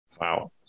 wow